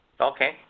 Okay